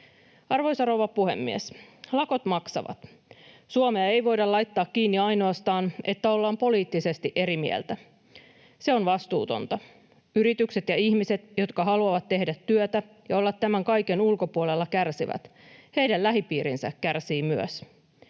Arvoisa rouva puhemies! Lakot maksavat. Suomea ei voida laittaa kiinni ainoastaan siksi, että ollaan poliittisesti eri mieltä. Se on vastuutonta. Yritykset ja ihmiset, jotka haluavat tehdä työtä ja olla tämän kaiken ulkopuolella, kärsivät. Heidän lähipiirinsä kärsii myös.